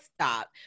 stop